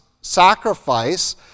sacrifice